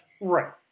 Right